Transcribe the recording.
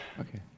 Okay